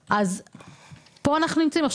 פה אנחנו נמצאים.